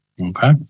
Okay